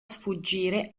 sfuggire